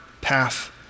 path